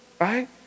Right